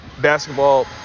basketball